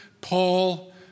Paul